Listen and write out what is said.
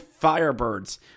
Firebirds